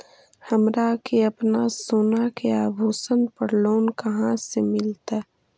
हमरा के अपना सोना के आभूषण पर लोन कहाँ से मिलत?